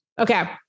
Okay